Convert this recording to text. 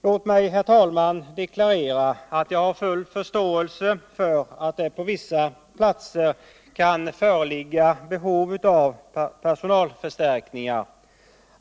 Låt mig, herr talman, deklarera att jag har full förståelse för att det på vissa platser kan föreligga behov av personalförstärkningar.